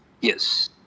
Yes